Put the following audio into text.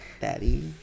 daddy